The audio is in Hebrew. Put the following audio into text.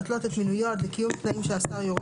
להתלות את מינויו עד לקיום תנאים שהשר יורה